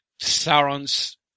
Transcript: Sauron's –